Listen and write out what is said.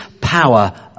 power